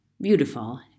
beautiful